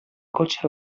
cotxe